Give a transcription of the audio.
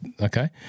okay